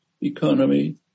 Economy